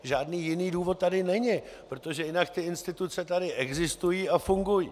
Žádný jiný důvod tady není, protože jinak ty instituce tady existují a fungují.